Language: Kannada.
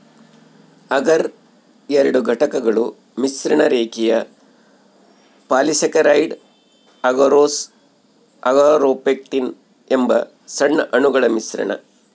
ಅಗರ್ ಎರಡು ಘಟಕಗಳ ಮಿಶ್ರಣ ರೇಖೀಯ ಪಾಲಿಸ್ಯಾಕರೈಡ್ ಅಗರೋಸ್ ಅಗಾರೊಪೆಕ್ಟಿನ್ ಎಂಬ ಸಣ್ಣ ಅಣುಗಳ ಮಿಶ್ರಣ